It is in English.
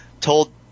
told